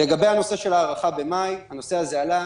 לגבי הנושא של הארכה במאי הנושא הזה עלה.